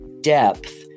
depth